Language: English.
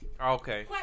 Okay